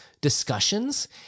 discussions